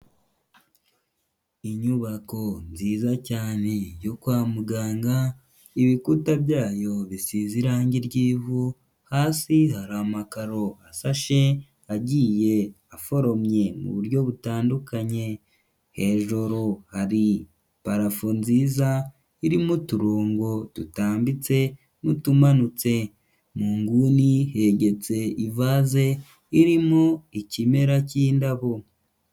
Inyubako nziza cyane yo kwa muganga ibikuta byayo bisize irange ry'ivu, hasi hari amakaro asashe agiye aforomye mu buryo butandukanye, hejuru hari parafo nziza irimo uturongo dutambitse n'utumanutse, mu nguni hegetse ivase irimo ikimera k'indabo.